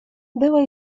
była